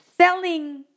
selling